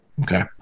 Okay